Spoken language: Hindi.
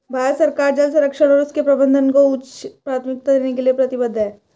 भारत सरकार जल संरक्षण और उसके प्रबंधन को उच्च प्राथमिकता देने के लिए प्रतिबद्ध है